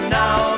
now